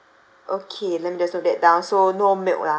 okay let me just note that down so no milk ah